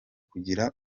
kugira